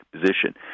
position